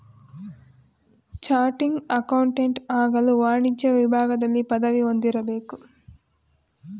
ಚಾಟಿಂಗ್ accountant ಆಗಲು ವಾಣಿಜ್ಯ ವಿಭಾಗದಲ್ಲಿ ಪದವಿ ಹೊಂದಿರಬೇಕು